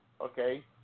okay